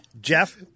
Jeff